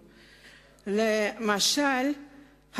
למשל,